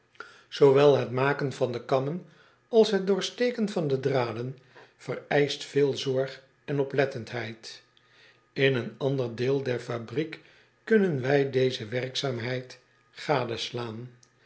oowel het maken van de kammen als het doorsteken van de draden vereischt veel zorg en oplettendheid n een ander deel der fabriek kunnen wij deze werkzaamheid gadeslaan